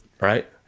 right